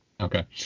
Okay